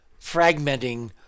fragmenting